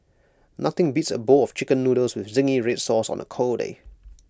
nothing beats A bowl of Chicken Noodles with Zingy Red Sauce on A cold day